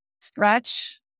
stretch